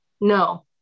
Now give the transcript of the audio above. no